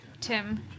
Tim